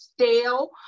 stale